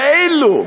כאילו.